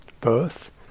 birth